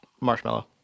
marshmallow